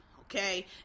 okay